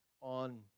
on